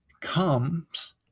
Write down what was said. comes